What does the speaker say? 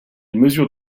mesure